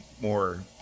more